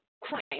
crime